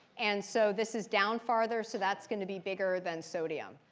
and so this is down farther, so that's going to be bigger than sodium.